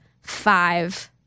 five